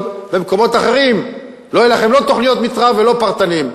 אבל במקומות אחרים לא יהיו לכם לא תוכניות מיתאר ולא תכנון פרטני.